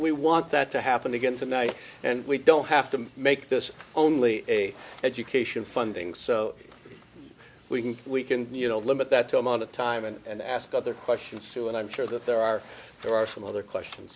we want that to happen again tonight and we don't have to make this only a education funding so we can we can you know limit that amount of time and ask other questions too and i'm sure that there are there are some other questions